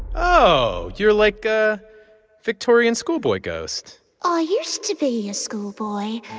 oh. you're, like, a victorian schoolboy ghost i used to be a schoolboy.